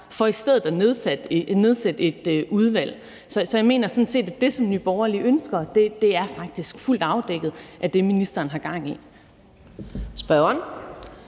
for i stedet at nedsætte et udvalg. Så jeg mener sådan set, at det, som Nye Borgerlige ønsker, faktisk er fuldt afdækket af det, ministeren har gang i.